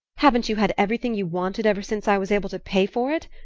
haven't you had everything you wanted ever since i was able to pay for it?